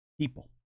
people